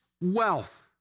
wealth